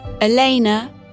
Elena